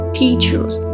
teachers